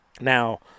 Now